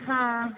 हां